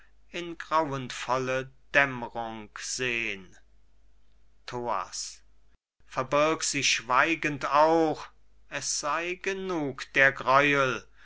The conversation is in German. die grauenvolle dämmrung sehn thoas verbirg sie schweigend auch es sei genug der gräuel